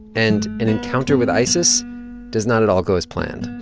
and an encounter with isis does not at all go as planned.